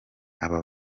aba